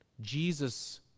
Jesus